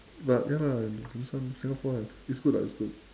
but ya lah this one singapore lah it's good lah it's good